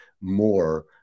more